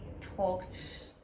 talked